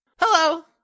Hello